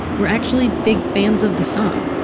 were actually big fans of the song.